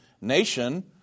nation